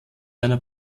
einer